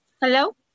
hello